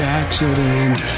accident